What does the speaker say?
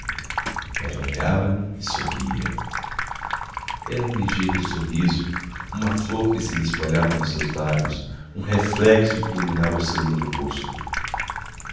ela olhava-me e sorria era um ligeiro sorriso uma flor que se desfolhava nos seus lábios um reflexo que iluminava o seu lindo rosto